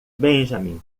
benjamin